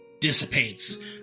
dissipates